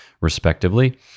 respectively